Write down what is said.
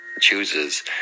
chooses